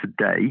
today